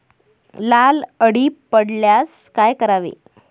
लाल अळी पडल्यास काय करावे?